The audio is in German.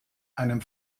einem